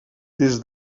des